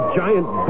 giant